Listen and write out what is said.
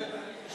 בזמן התהליך,